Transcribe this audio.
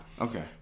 Okay